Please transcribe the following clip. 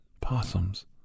Possums